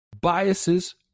biases